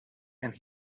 and